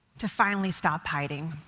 to finally stop hiding.